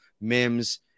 Mims